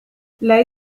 lei